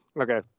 okay